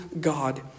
God